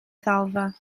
ddalfa